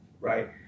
right